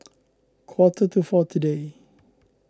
quarter to four today